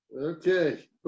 Okay